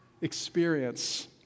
experience